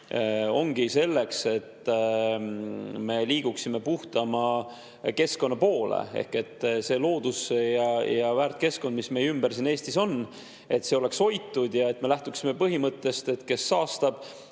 ongi selleks, et me liiguksime puhtama keskkonna poole. Ehk et loodus ja väärt keskkond, mis meie ümber Eestis on, oleks hoitud ja me lähtuksime põhimõttest, et kes saastab,